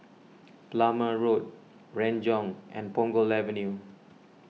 Plumer Road Renjong and Punggol Avenue